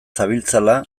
zabiltzala